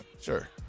sure